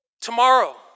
Tomorrow